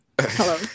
Hello